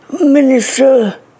minister